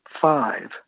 Five